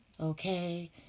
okay